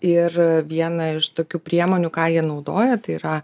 ir viena iš tokių priemonių ką jie naudoja tai yra